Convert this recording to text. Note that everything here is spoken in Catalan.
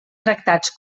tractats